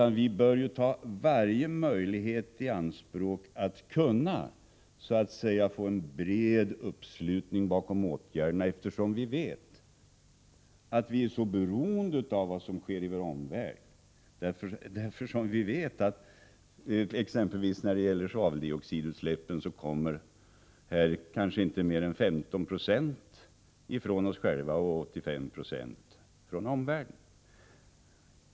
Nej, vi bör ta till vara varje möjlighet att få en bred uppslutning bakom åtgärderna, eftersom vi vet att vi är så beroende av vad som sker i vår omvärld. Vi vet ju att exempelvis när det gäller svaveldioxidutsläppen kommer kanske inte mer än 15 96 från vårt eget land och 85 26 från omvärlden.